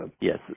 yes